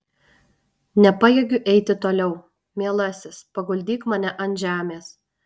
nepajėgiu eiti toliau mielasis paguldyk mane ant žemės